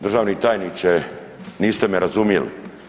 Državni tajniče, niste me razumjeli.